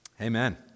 Amen